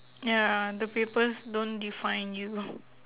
ya the papers don't define you